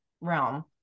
realm